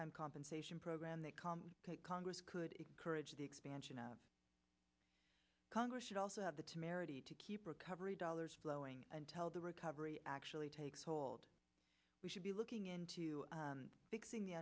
time compensation program they come to congress could encourage the expansion of congress should also have the temerity to keep recovery dollars flowing and tell the recovery actually takes hold we should be looking into fixing the